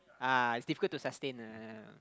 ah it's difficult to sustain a